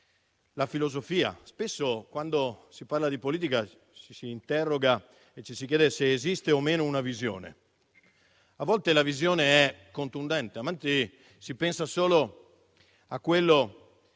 sua filosofia. Spesso, quando si parla di politica, ci si interroga e ci si chiede se esiste o meno una visione. A volte la visione è contundente e talvolta si pensa solo a quello